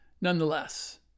nonetheless